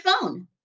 phone